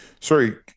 Sorry